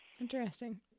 Interesting